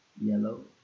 yellow